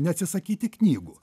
neatsisakyti knygų